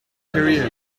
career